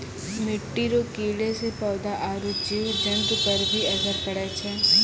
मिट्टी रो कीड़े से पौधा आरु जीव जन्तु पर भी असर पड़ै छै